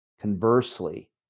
Conversely